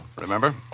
remember